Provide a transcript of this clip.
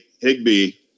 Higby